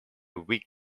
vic